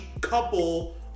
couple